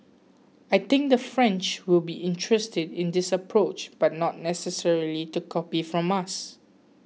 I think the French will be interested in this approach but not necessarily to copy from us